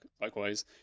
likewise